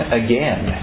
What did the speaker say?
again